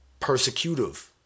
persecutive